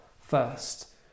first